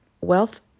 wealth